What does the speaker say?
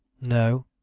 No